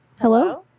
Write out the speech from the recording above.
Hello